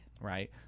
Right